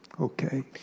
Okay